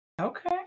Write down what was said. okay